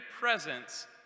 presence